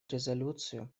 резолюцию